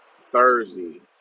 Thursday